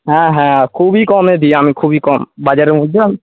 হ্যাঁ হ্যাঁ খুবই কমে দিই আমি খুবই কম বাজারের মধ্যে আমি